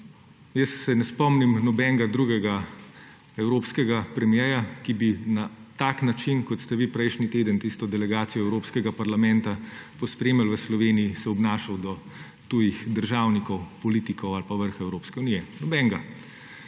Jaz se ne spomnim nobenega drugega evropskega premierja, ki bi se na tak način, kot ste vi prejšnji teden tisto delegacijo Evropskega parlamenta pospremili v Sloveniji, obnašal do tujih državnikov, politikov ali pa vrha EU. Nobenega.